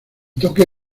toque